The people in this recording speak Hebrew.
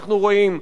אנחנו רואים,